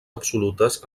absolutes